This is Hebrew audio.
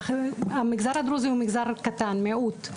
המגזר הדרוזי הוא מגזר קטן, מיעוט.